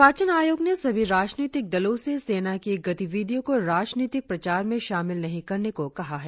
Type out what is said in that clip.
निर्वाचन आयोग ने सभी राजनीतिक दलों से सेना की गतिविधियों को राजनीतिक प्रचार में शामिल नहीं करने को कहा है